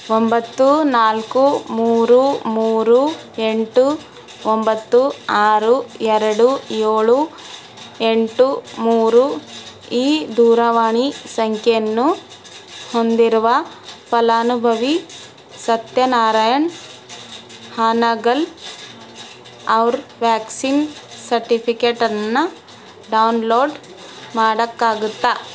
ಒಂಬತ್ತು ನಾಲ್ಕು ಮೂರು ಮೂರು ಎಂಟು ಒಂಬತ್ತು ಆರು ಎರಡು ಏಳು ಎಂಟು ಮೂರು ಈ ದೂರವಾಣಿ ಸಂಖ್ಯೆಯನ್ನು ಹೊಂದಿರುವ ಫಲಾನುಭವಿ ಸತ್ಯನಾರಾಯಣ್ ಹಾನಗಲ್ ಅವ್ರ ವ್ಯಾಕ್ಸಿನ್ ಸರ್ಟಿಫಿಕೇಟನ್ನು ಡೌನ್ಲೋಡ್ ಮಾಡೋಕ್ಕಾಗತ್ತಾ